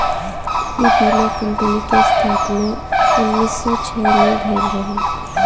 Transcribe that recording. इ बीमा कंपनी के स्थापना उन्नीस सौ छह में भईल रहे